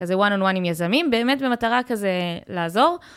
כזה וואן און וואן עם יזמים, באמת במטרה כזה לעזור.